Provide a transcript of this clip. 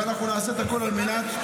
ואנחנו נעשה את הכול על מנת,